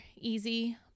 easy